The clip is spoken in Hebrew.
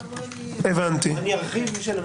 מה, אני ארכיב?